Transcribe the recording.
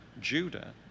Judah